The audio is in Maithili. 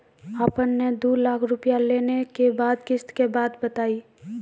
आपन ने दू लाख रुपिया लेने के बाद किस्त के बात बतायी?